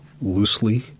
loosely